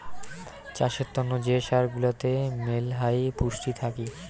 চাষের তন্ন যে সার গুলাতে মেলহাই পুষ্টি থাকি